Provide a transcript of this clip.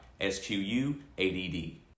S-Q-U-A-D-D